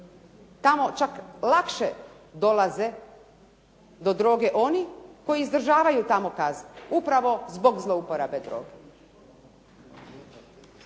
tamo čak lakše dolaze do droge oni koji izdržavaju tamo kaznu upravo zbog zlouporabe droge.